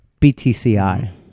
BTCI